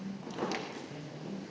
Hvala.